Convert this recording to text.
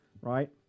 Right